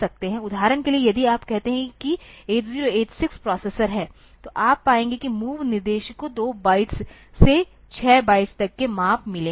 उदाहरण के लिए यदि आप कहते हैं कि 8086 प्रोसेसर है तो आप पाएंगे कि mov निर्देश को 2 बाइट्स से 6 बाइट्स तक के माप मिले हैं